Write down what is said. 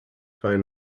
phone